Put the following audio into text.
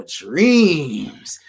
dreams